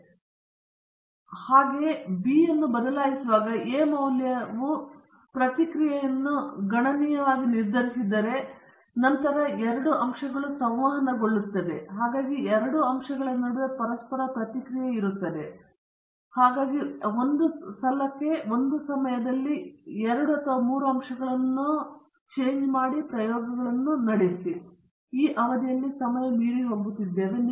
ಸರಿ ನೀವು B ಅನ್ನು ಬದಲಾಯಿಸುವಾಗ ಎ ಮೌಲ್ಯವು ಪ್ರತಿಕ್ರಿಯೆಯನ್ನು ಗಣನೀಯವಾಗಿ ನಿರ್ಧರಿಸಿದರೆ ನಂತರ ಎರಡು ಅಂಶಗಳು ಸಂವಹನಗೊಳ್ಳುತ್ತವೆ ಎಂದು ಹೇಳಲಾಗುತ್ತದೆ